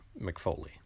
McFoley